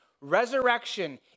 resurrection